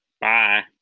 Bye